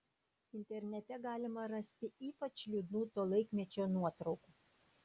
internete galima rasti ypač liūdnų to laikmečio nuotraukų